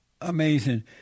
Amazing